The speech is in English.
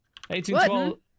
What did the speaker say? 1812